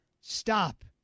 stop